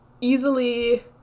easily